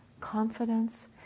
confidence